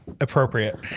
Appropriate